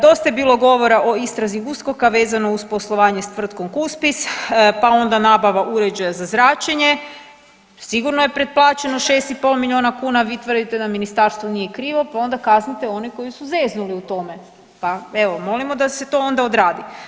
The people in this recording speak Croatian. Dosta je bilo govora o istrazi USKOK-a vezano uz poslovanje s tvrtkom Cuspis, pa onda nabava uređaja za zračenje, sigurno je pretplaćeno 6,5 milijuna kuna, vi tvrdite da ministarstvo nije krivo, pa onda kaznite one koji su zeznuli u tome, pa evo molimo da se to onda odradi.